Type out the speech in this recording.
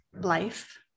life